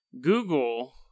Google